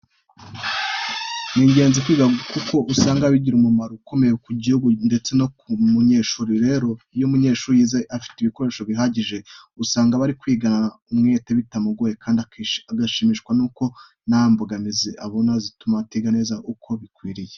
Ni ingenzi kwiga kuko usaga bigira umumaro ukomeye ku gihugu ndetse no ku munyeshuri. Rero, iyo umunyeshuri yize afite ibikoresho bihagije, usanga aba ari kwigana umwete, bitamugoye kandi agashimishwa nuko nta mbogamizi abona zituma atiga neza uko bikwiye.